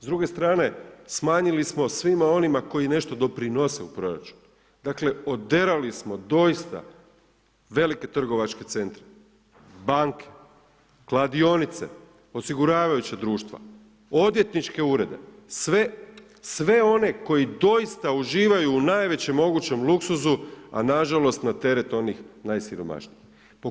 S druge strane, smanjili smo svima onima koji nešto doprinose u proračunu, dakle oderali smo doista velike trgovačke centre, banke, kladionice, osiguravajuća društva, odvjetničke urede, sve one koji doista uživaju u najvećem mogućem luksuzu a nažalost na teret onih najsiromašnijih.